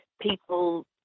people